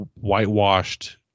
whitewashed